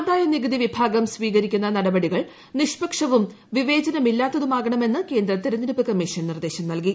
ആദായ നികുതി വിഭാഗം സ്വീകരിക്കുന്ന നടപടികൾ നിഷ്പക്ഷവും വിവേചനമില്ലാത്തതുമാകണമെന്ന് കേന്ദ്ര തെരഞ്ഞെടുപ്പ് കമ്മിഷൻ നിർദ്ദേശം നൽകി